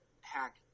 Hack